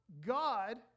God